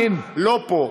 לא פה.